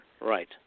Right